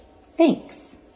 Thanks